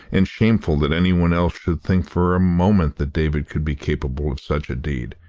and shameful that anyone else should think for a moment that david could be capable of such a deed,